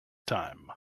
time